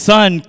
Son